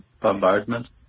Bombardment